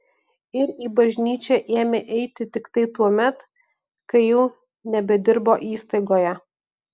ir į bažnyčią ėmė eiti tiktai tuomet kai jau nebedirbo įstaigoje